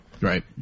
Right